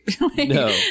No